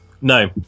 No